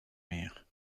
meer